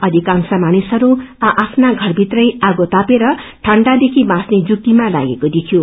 अधिकांश मानिसहरू आ आफ्ना षरभित्रै आगो तापेर ठण्डादेखि बाँच्ने जुक्तिमा लागेको देखियो